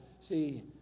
see